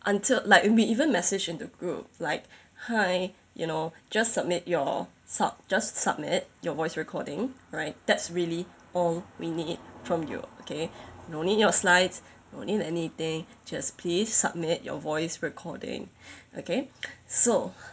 until like we even messaged in the group like hi you know just submit your so just submit your voice recording right that's really all we need from you okay no need your slides no need anything just please submit your voice recording okay so